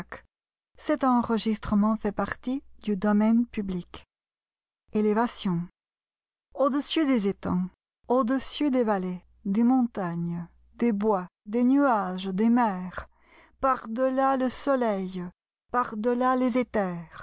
au-dessus des étangs au-dessus des vallées des montagnes des bois des nuages des mers par delà le soleil par delà les éthers